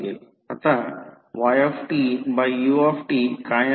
आता ytut काय आहे